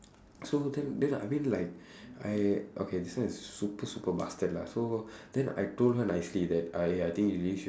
so then then I mean like I okay this one is super super bastard lah so then I told her nicely that I I think you really should